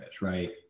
Right